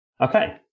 Okay